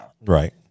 Right